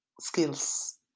skills